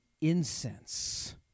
incense